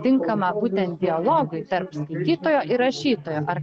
tinkama būtent dialogui tarp skaitytojo ir rašytojo ar